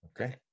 Okay